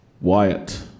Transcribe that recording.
Wyatt